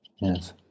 Yes